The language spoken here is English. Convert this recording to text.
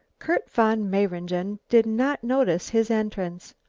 kurt von mayringen did not notice his entrance.